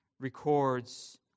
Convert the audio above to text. records